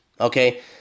Okay